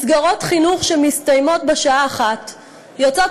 מסגרות חינוך שמסתיימות בשעה 13:00 יוצאות